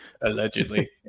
Allegedly